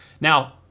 Now